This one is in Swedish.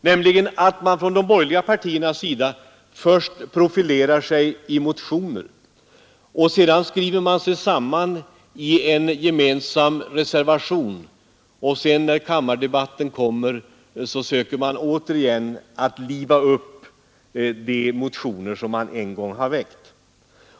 Först profilerar sig de borgerliga partierna i motioner, sedan skriver man sig samman i en gemensam reservation, och sedan under kammardebatten söker man återigen att liva upp de motioner som man en gång har väckt.